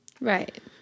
right